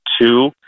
two